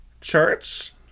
church